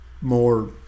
more